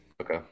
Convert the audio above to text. Okay